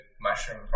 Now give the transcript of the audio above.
mushroom